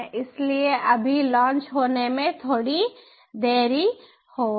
इसलिए अभी लॉन्च होने में थोड़ी देर होगी